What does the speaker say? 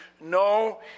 No